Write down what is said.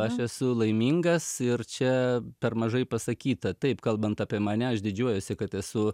aš esu laimingas ir čia per mažai pasakyta taip kalbant apie mane aš didžiuojuosi kad esu